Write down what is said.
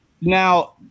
now